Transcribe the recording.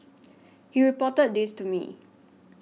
he reported this to me